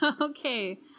Okay